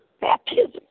Baptism